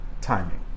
timing